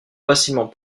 facilement